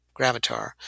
Gravatar